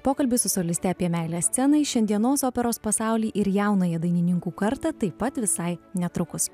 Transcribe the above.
pokalbis su soliste apie meilę scenai šiandienos operos pasaulį ir jaunąją dainininkų kartą taip pat visai netrukus